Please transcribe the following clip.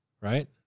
Right